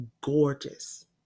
gorgeous